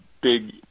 big